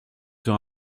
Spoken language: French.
sur